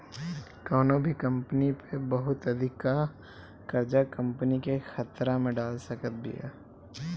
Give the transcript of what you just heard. कवनो भी कंपनी पअ बहुत अधिका कर्जा कंपनी के खतरा में डाल सकत बिया